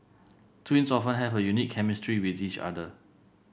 twins often have a unique chemistry with each other